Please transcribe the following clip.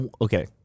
okay